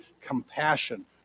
compassion